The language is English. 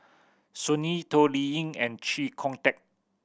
Sun Yee Toh Liying and Chee Kong Tet